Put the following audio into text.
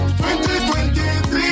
2023